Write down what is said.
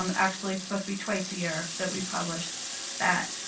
um actually, it's supposed to be twice a year that we publish that.